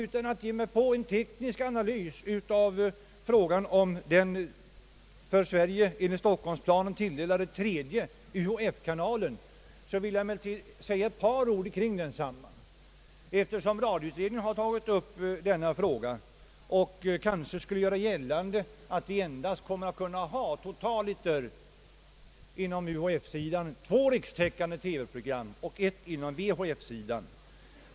Utan att ge mig in på en teknisk analys av frågan om den för Sverige enligt Stockholmsplanen = tilldelade = tredje UHF-kanalen vill jag ändå säga ett par ord kring densamma, eftersom radioutredningen har tagit upp denna fråga och det måhända kan göras gällande att vi totaliter på UHF-sidan skulle komma att ha två rikstäckande program och ett program på VHF-sidan.